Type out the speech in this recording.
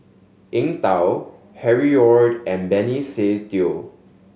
Eng Tow Harry Ord and Benny Se Teo